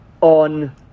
on